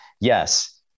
Yes